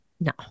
No